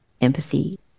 empathy